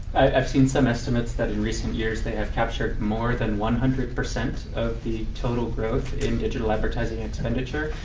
i've seen some estimates that in recent years they have captured more than one hundred percent of the total growth in digital advertising expenditure.